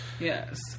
Yes